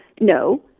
No